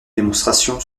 démonstration